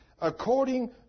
According